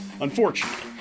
unfortunately